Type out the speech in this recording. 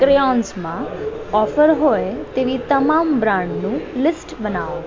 ક્રેયોન્સમાં offer હોય તેવી તમામ બ્રાન્ડનું લિસ્ટ બનાવો